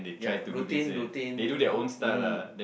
ya routine routine mm